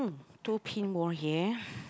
more here